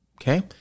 Okay